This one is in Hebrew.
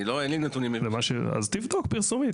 אז תבדוק פרסומים.